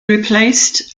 replaced